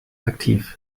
aktiv